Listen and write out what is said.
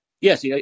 Yes